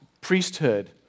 priesthood